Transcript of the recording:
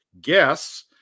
guess